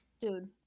dude